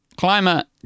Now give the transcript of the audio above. Climate